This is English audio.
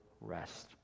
rest